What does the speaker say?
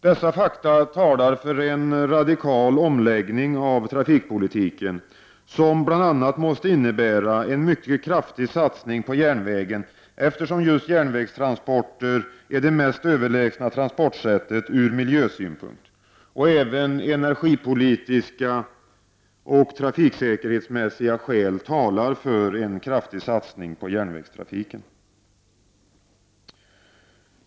Dessa fakta talar för en radikal omläggning av trafikpolitiken som måste innebära bl.a. en mycket kraftig satsning på järnvägen, eftersom just järnvägstransporter är det mest överlägsna transportsättet ur miljösynpunkt. Även energipolitiska och trafiksäkerhetsmässiga motiv talar för en kraftig satsning på järnvägstrafiken.